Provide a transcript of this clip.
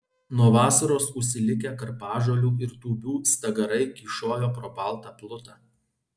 nuo vasaros užsilikę karpažolių ir tūbių stagarai kyšojo pro baltą plutą